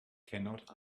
cannot